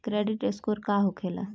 Credit score का होखेला?